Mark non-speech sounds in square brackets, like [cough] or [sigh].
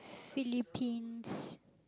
Philippines [breath]